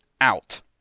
out